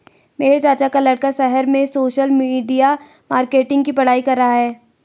मेरे चाचा का लड़का शहर में सोशल मीडिया मार्केटिंग की पढ़ाई कर रहा है